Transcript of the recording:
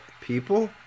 people